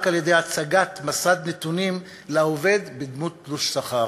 על-ידי הצגת מסד נתונים לעובד בדמות תלוש שכר.